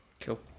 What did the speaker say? Cool